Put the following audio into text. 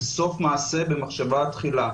סוף מעשה במחשבה תחילה.